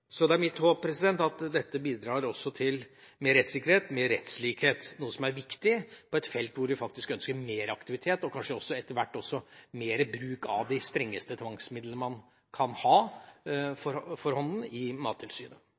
Det er mitt håp at dette bidrar til bedre rettssikkerhet, mer rettslikhet, noe som er viktig på et felt hvor vi faktisk ønsker mer aktivitet, og kanskje etter hvert også mer bruk av de strengeste tvangsmidlene man kan ha for hånden i Mattilsynet.